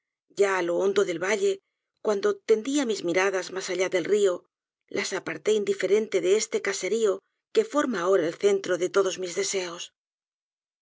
ya á lo hondo del valle cuando tendía mis miradas mas allá del rio las aparté indiferente de este caserío que forma ahora el centro de todos mis deseos